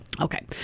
Okay